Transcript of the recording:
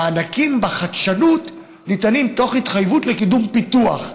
המענקים בחדשנות ניתנים תוך התחייבות לקידום פיתוח,